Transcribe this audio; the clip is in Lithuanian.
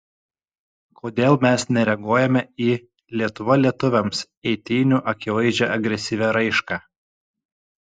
kodėl mes nereaguojame į lietuva lietuviams eitynių akivaizdžią agresyvią raišką